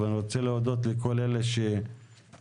ואני רוצה להודות לכל אלה שפנו,